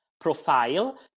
profile